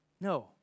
No